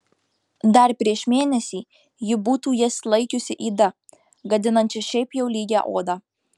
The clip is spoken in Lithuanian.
dar prieš mėnesį ji būtų jas laikiusi yda gadinančia šiaip jau lygią odą